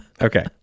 Okay